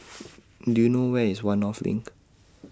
Do YOU know Where IS one North LINK